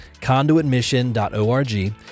conduitmission.org